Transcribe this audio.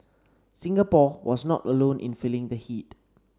Singapore was not alone in feeling the heat